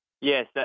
Yes